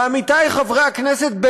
ועמיתי חברי הכנסת,